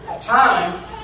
time